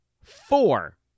four